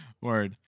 word